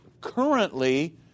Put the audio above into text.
currently